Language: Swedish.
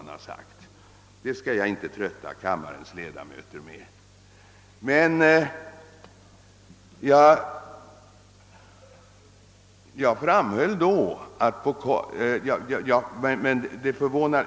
Jag skall inte trötta kammarens ledamöter med det.